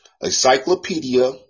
encyclopedia